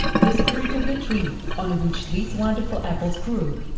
the spirit of the tree on which these wonderful apples grow.